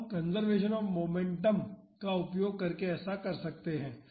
हम conservation of momentum का उपयोग करके ऐसा कर सकते हैं